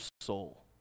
soul